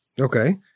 Okay